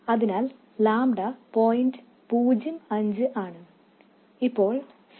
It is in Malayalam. അതിനാൽ ലാംഡ പോയിന്റ് പൂജ്യം അഞ്ച് ആണ് ഇപ്പോൾ 0